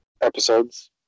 episodes